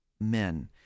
men